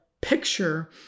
picture